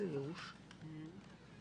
זה לא ויכוח על הרמה